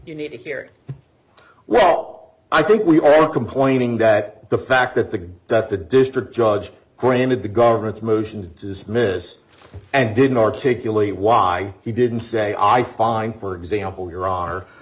needed here well i think we were complaining that the fact that the that the district judge granted the government's motion to dismiss and didn't articulate why he didn't say i find for example your honor